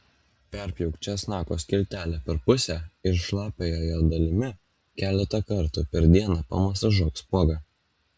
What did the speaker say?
perpjauk česnako skiltelę per pusę ir šlapiąja jo dalimi keletą kartų per dieną pamasažuok spuogą